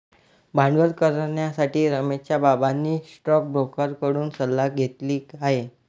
भांडवल करण्यासाठी रमेशच्या बाबांनी स्टोकब्रोकर कडून सल्ला घेतली आहे